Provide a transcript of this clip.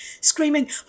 screaming